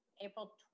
April